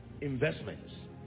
Investments